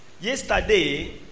Yesterday